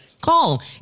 Call